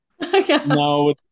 No